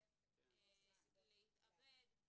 סיבות להתאבד,